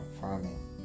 farming